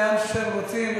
לאן שאתם רוצים,